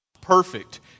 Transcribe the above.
perfect